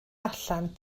allan